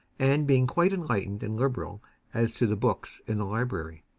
and being quite enlightened and liberal as to the books in the library,